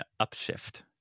upshift